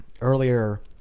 earlier